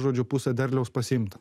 žodžiu pusę derliaus pasiimt